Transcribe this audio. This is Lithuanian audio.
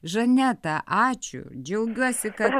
žaneta ačiū džiaugiuosi kad